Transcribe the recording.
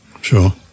Sure